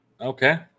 Okay